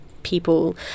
People